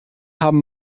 haben